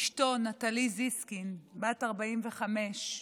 אשתו נטלי זיסקין, בת 45,